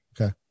Okay